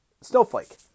snowflake